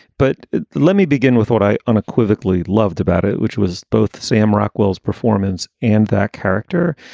but let me begin with what i unequivocally loved about it, which was both sam rockwell's performance and that character.